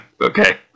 Okay